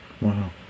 Wow